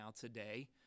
today